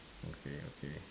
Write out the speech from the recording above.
okay okay